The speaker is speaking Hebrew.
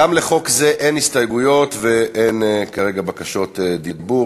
גם לחוק זה אין הסתייגויות ואין כרגע בקשות דיבור,